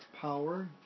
power